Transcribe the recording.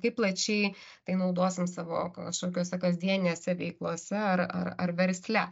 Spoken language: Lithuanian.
kaip plačiai tai naudosim savo kažkokiose kasdienėse veiklose ar ar ar versle